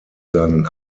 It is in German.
seinen